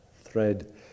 thread